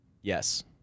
Yes